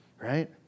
right